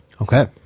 Okay